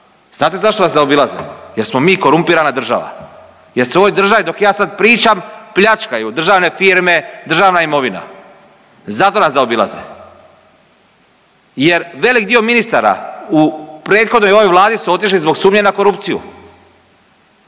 Znate zašto nas zaobilaze? Jer smo mi korumpirana država jer se u ovoj državi dok ja sad pričam pljačkaju državne firme, državna imovina, zato nas zaobilaze jer velik dio ministara u prethodnoj i ovoj vladi su otišli zbog sumnje na korupciju,